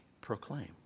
proclaim